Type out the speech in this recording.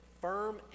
firm